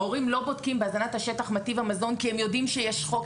ההורים לא בודקים בהזנת השטח מה טיב המזון כי הם יודעים שיש חוק.